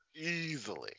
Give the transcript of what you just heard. Easily